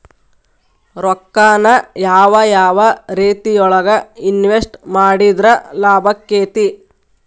ರೊಕ್ಕಾನ ಯಾವ ಯಾವ ರೇತಿಯೊಳಗ ಇನ್ವೆಸ್ಟ್ ಮಾಡಿದ್ರ ಲಾಭಾಕ್ಕೆತಿ?